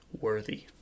worthy